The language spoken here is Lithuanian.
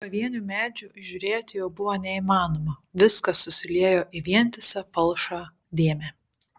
pavienių medžių įžiūrėti jau buvo neįmanoma viskas susiliejo į vientisą palšą dėmę